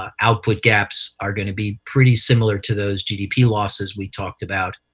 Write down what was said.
um output gaps are going to be pretty similar to those gdp losses we talked about.